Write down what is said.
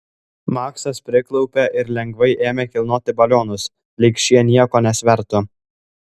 maksas priklaupė ir lengvai ėmė kilnoti balionus lyg šie nieko nesvertų